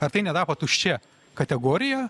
ar tai netapo tuščia kategorija